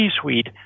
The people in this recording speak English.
suite